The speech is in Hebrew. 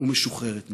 ומשוחררת מפחד.